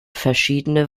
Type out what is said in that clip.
verschiedene